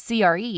CRE